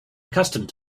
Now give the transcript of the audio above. accustomed